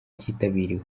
cyitabiriwe